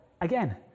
again